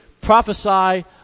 Prophesy